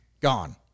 gone